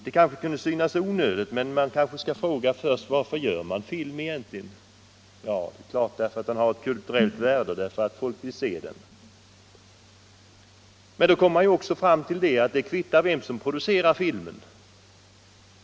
Det kan synas onödigt, men man kanske först skall fråga: Varför görs film egentligen? Jo, därför att den har kulturellt värde och för att folk vill se den. Då kommer man fram till att det kvittar vem som producerar filmen.